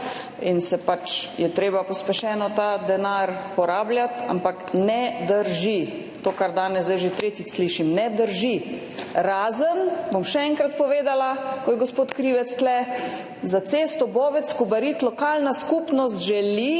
in je treba pospešeno ta denar porabljati, ampak ne drži to, kar danes zdaj že tretjič slišim, ne drži. Razen, bom še enkrat povedala, ko je gospod Krivec tukaj, za cesto Bovec–Kobarid, lokalna skupnost želi,